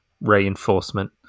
reinforcement